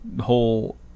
whole